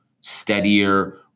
steadier